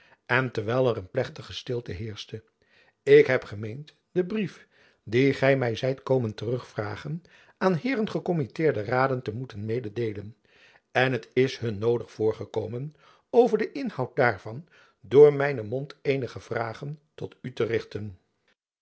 en terwijl er een plechtige stilte heerschte ik heb gemeend den brief dien gy my zijt komen terugvragen aan heeren gekommitteerde raden te moeten mededeelen en het is hun noodig voorgekomen over den inhoud daarvan door mijnen mond eenige vragen tot u te richten